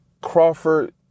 Crawford